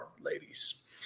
ladies